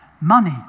money